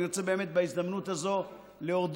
אני רוצה באמת בהזדמנות הזאת להודות